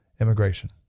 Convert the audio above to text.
immigration